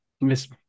Miss